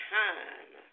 time